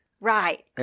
Right